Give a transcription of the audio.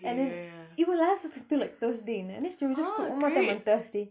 and then it will last us until like thursday then she will just cookay one more time on thursday